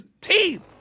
teeth